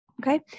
Okay